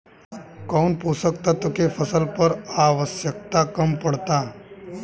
कौन पोषक तत्व के फसल पर आवशयक्ता कम पड़ता?